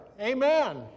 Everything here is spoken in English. Amen